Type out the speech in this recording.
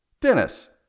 Dennis